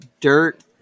Dirt